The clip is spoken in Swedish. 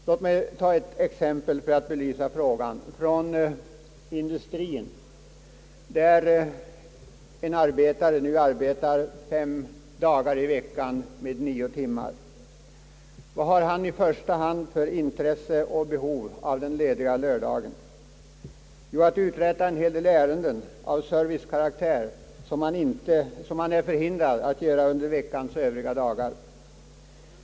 Låt mig ta ett exempel från industrien, där arbetaren nu arbetar nio timmar om dagen under fem av veckans dagar. Vad har han i första hand för intresse och behov av den lediga lördagen? Jo, att uträtta en hel del ärenden av servicekaraktär som han är förhindrad att göra övriga dagar.